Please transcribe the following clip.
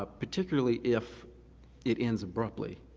ah particularly if it ends abruptly.